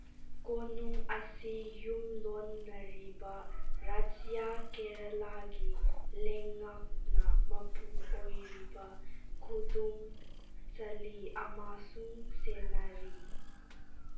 ꯀꯣꯅꯨꯡ ꯑꯁꯤ ꯌꯨꯝꯂꯣꯟꯅꯔꯤꯕ ꯔꯥꯖ꯭ꯌꯥ ꯀꯦꯔꯂꯥꯒꯤ ꯂꯩꯉꯥꯛꯅ ꯃꯄꯨ ꯑꯣꯏꯔꯤꯕ ꯈꯨꯗꯨꯝ ꯆꯜꯂꯤ ꯑꯃꯁꯨꯡ ꯁꯦꯟꯅꯔꯤ